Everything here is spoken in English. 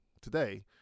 today